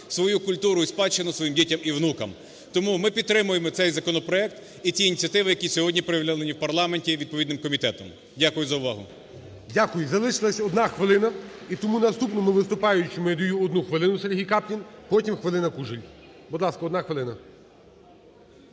свою культуру і спадщину своїм дітям, і внукам. Тому ми підтримуємо цей законопроект і ті ініціативи, які сьогодні проявлені в парламенті відповідним комітетом. Дякую за увагу. ГОЛОВУЮЧИЙ. Дякую. Залишилася одна хвилина і тому наступному виступаючому я даю одну хвилину. Сергій Каплін, потім хвилина – Кужель. Будь ласка, одна хвилина.